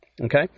okay